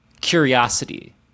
curiosity